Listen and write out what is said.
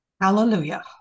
Hallelujah